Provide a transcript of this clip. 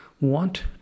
want